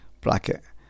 bracket